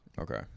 Okay